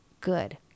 good